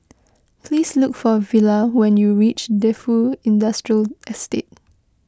please look for Villa when you reach Defu Industrial Estate